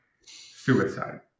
suicide